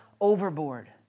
overboard